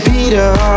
Peter